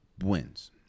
wins